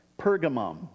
Pergamum